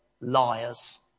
liars